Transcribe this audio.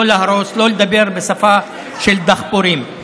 לא להרוס, לא לדבר בשפה של דחפורים.